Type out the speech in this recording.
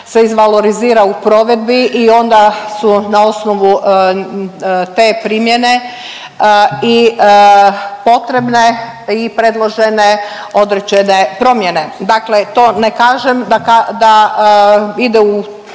izvalorizira u provedbi i onda su na osnovu te primjene i potrebne i predložene određene promjene. Dakle to ne kažem da ide u